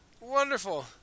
wonderful